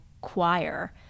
choir